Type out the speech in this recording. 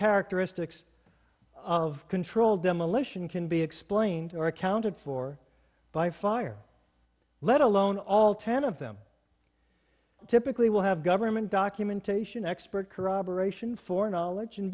characteristics of controlled demolition can be explained or accounted for by fire let alone all ten of them typically will have government documentation expert corroboration for knowledge and